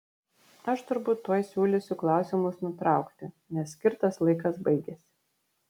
aš turbūt tuoj siūlysiu klausimus nutraukti nes skirtas laikas baigiasi